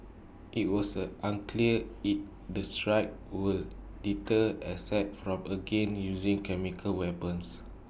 IT was unclear if the strikes will deter Assad from again using chemical weapons